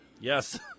yes